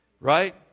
Right